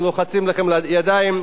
אנחנו לוחצים לכם ידיים,